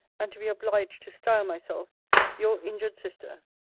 and to be obliged to style myself your injured sister,